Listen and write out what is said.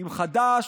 עם חד"ש,